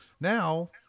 now